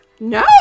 No